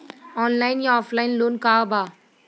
Online या offline loan का बा?